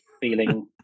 feeling